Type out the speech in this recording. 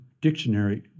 dictionary